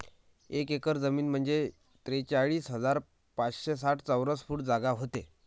एक एकर जमीन म्हंजे त्रेचाळीस हजार पाचशे साठ चौरस फूट जागा व्हते